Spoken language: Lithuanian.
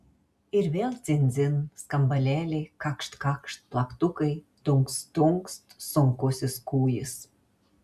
ir vėl dzin dzin skambalėliai kakšt kakšt plaktukai dunkst dunkst sunkusis kūjis